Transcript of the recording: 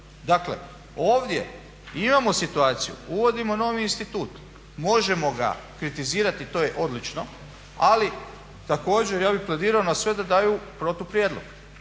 Dakle, ovdje imamo situaciju uvodimo novi institut, možemo ga kritizirati to je odlično, ali također ja bi pledirao na sve da daju protuprijedlog